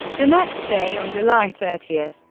the next day, on july thirty,